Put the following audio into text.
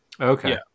Okay